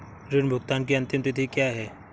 ऋण भुगतान की अंतिम तिथि क्या है?